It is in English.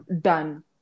done